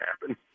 happen